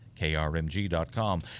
krmg.com